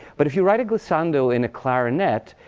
but if you write a glissando in a clarinet,